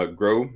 grow